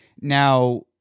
Now